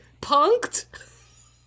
punked